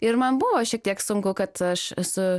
ir man buvo šiek tiek sunku kad aš esu